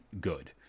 good